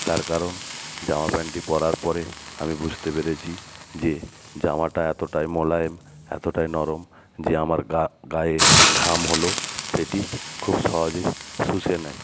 তার কারণ জামা প্যান্টটি পরার পরে আমি বুঝতে পেরেছি যে জামাটা এতোটাই মোলায়েম এতোটাই নরম যে আমার গায়ে ঘাম হলেও সেটি খুব সহজে শুষে নেয়